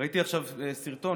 ראיתי עכשיו סרטון,